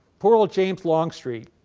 poor old james longstreet,